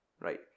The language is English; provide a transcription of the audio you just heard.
Right